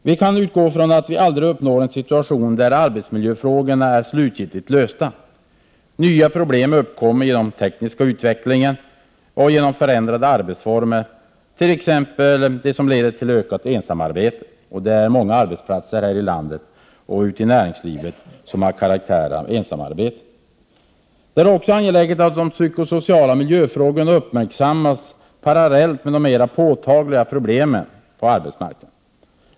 Vi kan utgå från att vi aldrig uppnår en situation där arbetsmiljöfrågorna är slutgiltigt lösta. Nya problem uppkommer genom den tekniska utvecklingen och genom förändrade arbetsformer, t.ex. sådant som leder till ökat ensamarbete. Det finns många arbetsplatser i vårt land där uppgifterna har karaktären av ensamarbete. Det är också angeläget att de psykosociala miljöfrågorna uppmärksammas parallellt med de mer påtagliga problemen på arbetsmarknaden.